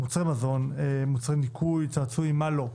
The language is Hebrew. מוצרי ניקוי, צעצועים מה לא.